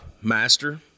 master